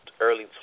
early